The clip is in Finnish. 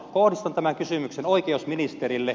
kohdistan tämä kysymyksen oikeusministerille